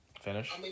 Finish